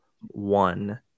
one